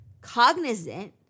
cognizant